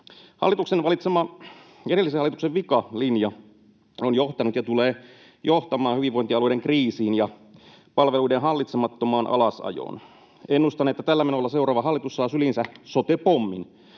Hallituksen valitsema ”edellisen hallituksen vika” ‑linja on johtanut ja tulee johtamaan hyvinvointialueiden kriisiin ja palveluiden hallitsemattomaan alasajoon. Ennustan, että tällä menolla seuraava hallitus saa syliinsä sote-pommin,